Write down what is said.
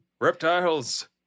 reptiles